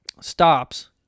stops